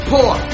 poor